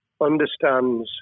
understands